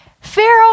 Pharaoh